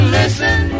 listen